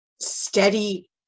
steady